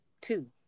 Two